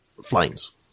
Flames